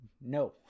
No